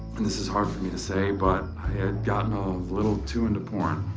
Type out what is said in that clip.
and this is hard for me to say, but i had gotten ah a little too into porn.